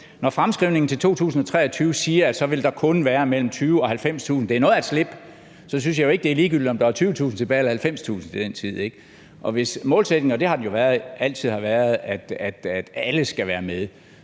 når fremskrivningen til 2023 siger, at der kun vil være mellem 20.000 og 90.000 – det er noget af et slip – så synes jeg jo ikke, det er ligegyldigt, om der er 20.000 tilbage eller 90.000 til den tid. Og hvis målsætningen er – og det har den jo altid været – at alle skal være med,